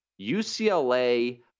UCLA